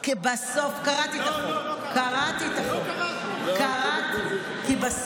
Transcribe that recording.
לא קראת את החוק.